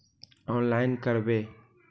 Online करवे?